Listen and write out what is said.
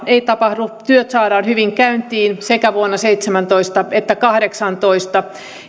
ei tapahdu työt saadaan hyvin käyntiin sekä vuonna seitsemäntoista että kahdeksantoista